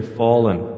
fallen